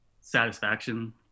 satisfaction